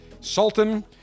Sultan